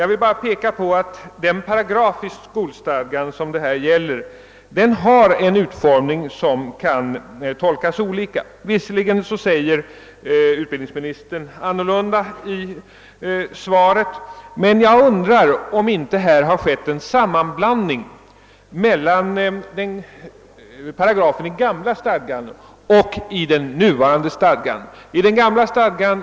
Jag vill bara peka på att den paragraf i skolstadgan som det gäller kan tolkas på olika sätt. Visserligen ger utbildningsministern i sitt svar ett annat besked, men jag undrar om det inte i detta avseende skett en sammanblandning mellan paragrafen i den gamla stadgan och dess motsvarighet i den nuvarande stadgan.